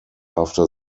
after